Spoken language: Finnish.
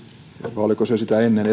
vai oliko se jo sitä ennen